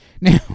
Now